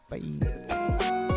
Bye